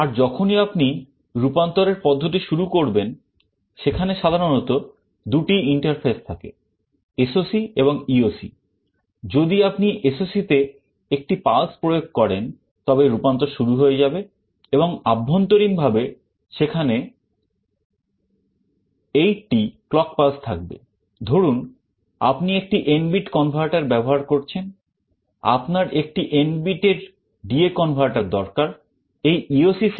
আর যখনই আপনি রূপান্তরের পদ্ধতি শুরু করবেন সেখানে সাধারণত দুটি ইন্টারফেস টি পড়তে পারি